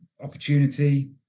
opportunity